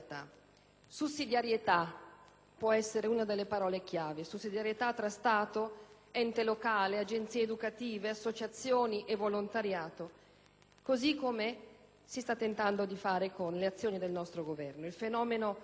Sussidiarietà può essere una delle parole chiave: sussidiarietà tra Stato, ente locale, agenzie educative, associazioni e volontariato, così come si sta tentando di fare con le azioni del nostro Governo.